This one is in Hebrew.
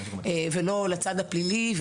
ולא לצד הפלילי,